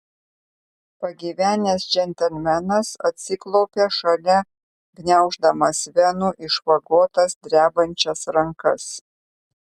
pagyvenęs džentelmenas atsiklaupė šalia gniauždamas venų išvagotas drebančias rankas